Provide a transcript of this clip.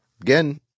again